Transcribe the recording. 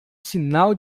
sinal